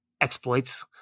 exploits